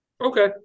Okay